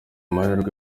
mahirwe